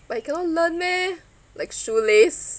but he cannot learn meh like shoelace